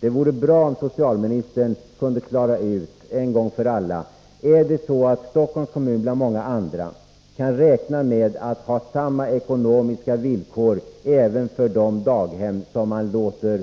Det vore bra om socialministern en gång för alla kunde klara ut detta. Kan Stockholms kommun — bland många andra — räkna med samma ekonomiska villkor för daghem som man låter